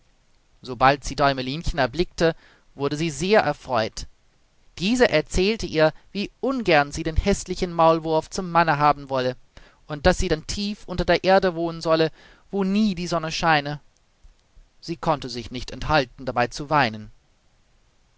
sobald sie däumelinchen erblickte wurde sie sehr erfreut diese erzählte ihr wie ungern sie den häßlichen maulwurf zum manne haben wolle und daß sie dann tief unter der erde wohnen solle wo nie die sonne scheine sie konnte sich nicht enthalten dabei zu weinen